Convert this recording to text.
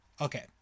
Okay